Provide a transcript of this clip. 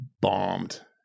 bombed